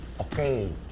Okay